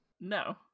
No